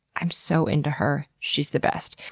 i'm so into her. she's the best.